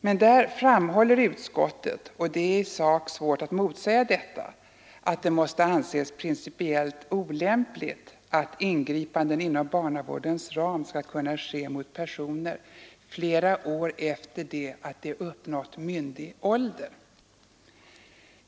Men där framhåller utskottet — och det är i sak svårt att motsäga detta — att det måste anses principiellt olämpligt att ingripanden inom barnavårdens ram skall kunna ske mot personer flera år efter det att de uppnått myndig ålder.